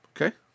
Okay